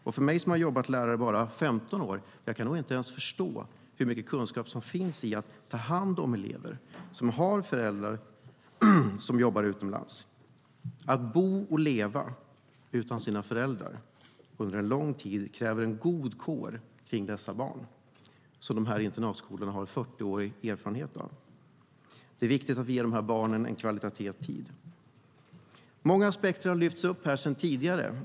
Jag som bara har jobbat som lärare i 15 år kan inte ens förstå hur mycket kunskap som finns om att ta hand om elever med föräldrar som jobbar utomlands. Att bo och leva utan sina föräldrar under lång tid kräver en god kår kring dessa barn. Det har internatskolorna 40 års erfarenhet av. Det är viktigt att vi ger dessa barn kvalitativ tid. Många aspekter har lyfts upp här tidigare.